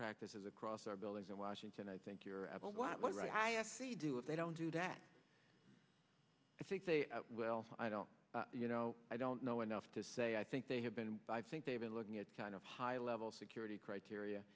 practices across our buildings in washington i think you're right i actually do if they don't do that i think well i don't you know i don't know enough to say i think they have been by think they've been looking at kind of high level security criteria